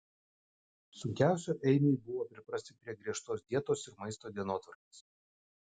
sunkiausiai eimiui buvo priprasti prie griežtos dietos ir maisto dienotvarkės